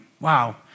Wow